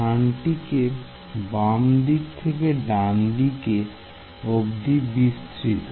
স্থানটি বাম দিক থেকে ডান দিক অব্দি বিস্তৃত